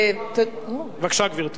בבקשה, גברתי.